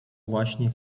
właśnie